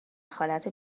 خالتو